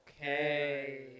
Okay